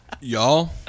y'all